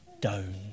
Down